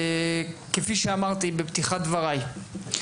כפי שאמרתי בפתיחת דבריי,